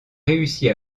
réussit